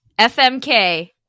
FMK